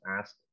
ask